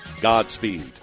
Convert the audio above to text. Godspeed